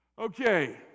Okay